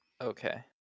Okay